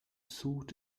sought